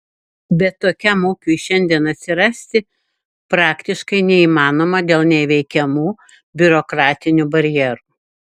bet tokiam ūkiui šiandien atsirasti praktiškai neįmanoma dėl neįveikiamų biurokratinių barjerų